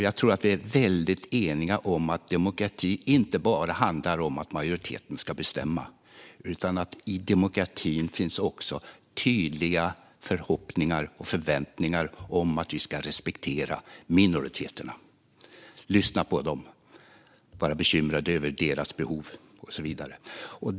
Jag tror att vi är eniga om att demokrati inte bara handlar om att majoriteten ska bestämma utan om att det i demokratin också finns tydliga förhoppningar om och förväntningar på att vi ska respektera minoriteterna, lyssna på dem, vara bekymrade över deras behov och så vidare.